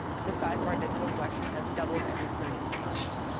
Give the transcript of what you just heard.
the size of our digital collection has doubled every thirty two months.